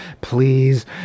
please